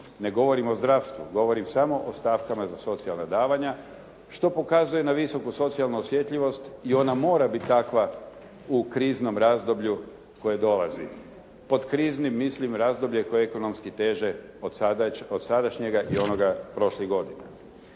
Ne govorimo o zdravstvu, govorim samo o stavkama za socijalna davanja što pokazuje na visoku socijalnu osjetljivost i ona mora biti takva u kriznom razdoblju koje dolazi. Pod kriznim mislim razdoblje koje je ekonomski teže od sadašnjega i onoga prošlih godina.